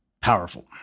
powerful